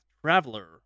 traveler